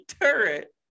turret